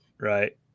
right